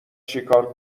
چیکار